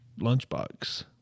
lunchbox